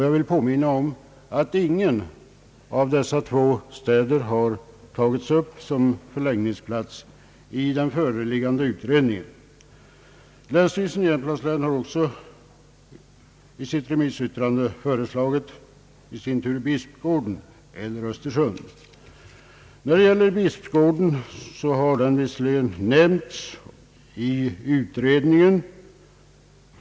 Jag vill påminna om att ingen av dessa två städer har tagits upp som förläggningsplats i det föreliggande utredningsbetänkandet. Länsstyrelsen i Jämtlands län har i sitt remissyttrande föreslagit Bispgården eller Östersund. Bispgården har nämnts i utredning en.